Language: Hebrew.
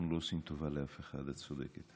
אנחנו לא עושים טובה לאף אחד, את צודקת.